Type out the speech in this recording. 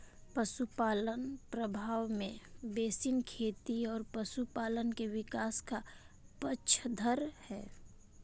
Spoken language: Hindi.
पशुपालन प्रभाव में बेसिन खेती और पशुपालन के विकास का पक्षधर है